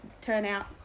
turnout